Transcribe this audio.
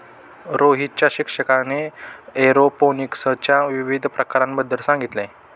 रोहितच्या शिक्षकाने एरोपोनिक्सच्या विविध प्रकारांबद्दल सांगितले